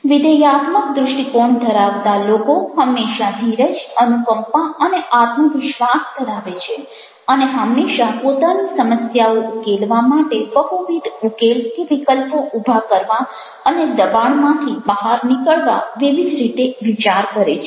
વિધેયાત્મક દૃષ્ટિકોણ ધરાવતા લોકો હંમેશાં ધીરજ અનુકંપા અને આત્મવિશ્વાસ ધરાવે છે અને હંમેશાં પોતાની સમસ્યાઓ ઉકેલવા માટે બહુવિધ ઉકેલ કે વિકલ્પો ઉભા કરવા અને દબાણમાંથી બહાર નીકળવા વિવિધ રીતે વિચાર કરે છે